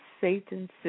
Satan's